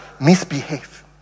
misbehave